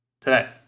today